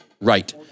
Right